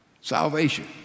Salvation